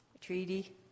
treaty